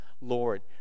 Lord